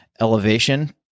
elevation